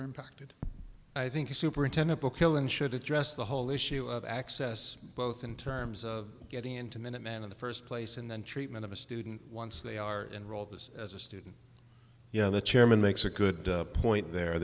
are impacted i think the superintendent book will and should address the whole issue of access both in terms of getting into minutemen in the first place in the treatment of a student once they are enrolled as as a student yeah the chairman makes a good point there